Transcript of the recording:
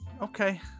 Okay